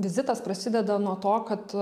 vizitas prasideda nuo to kad